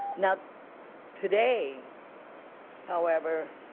now today however